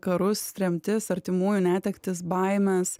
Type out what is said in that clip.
karus tremtis artimųjų netektis baimes